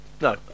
No